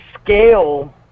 scale